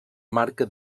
marca